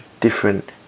different